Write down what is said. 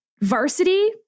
varsity